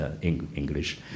English